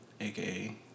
AKA